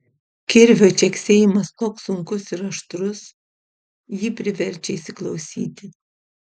kirvio čeksėjimas toks sunkus ir aštrus jį priverčia įsiklausyti